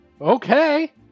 okay